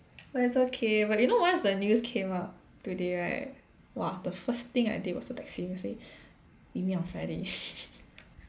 but it's okay but you know once the news came out today right !wah! the first thing I did was to text him say we meet on Friday